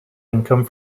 income